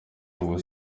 ubwo